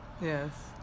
Yes